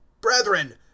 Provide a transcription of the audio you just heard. Brethren